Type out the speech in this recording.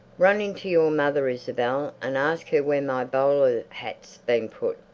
run in to your mother, isabel, and ask her where my bowler hat's been put.